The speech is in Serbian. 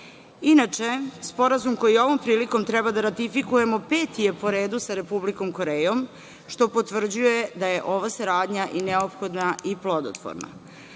zemlje. Inače, sporazum koji ovom prilikom treba da ratifikujemo, peti je po redu sa Republikom Korejom, što potvrđuje da je ova saradnja i neophodna i plodotvorna. Potpisivanje